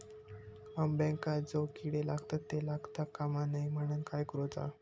अंब्यांका जो किडे लागतत ते लागता कमा नये म्हनाण काय करूचा?